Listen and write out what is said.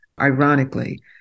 Ironically